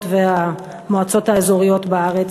המקומיות והמועצות האזוריות בארץ,